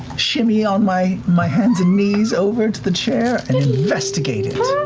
shimmy on my my hands and knees over to the chair and investigate it.